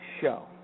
show